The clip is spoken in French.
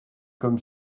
comme